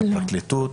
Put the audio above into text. הפרקליטות?